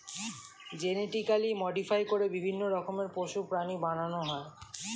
genetically modify করে বিভিন্ন রকমের পশু, প্রাণী বানানো হয়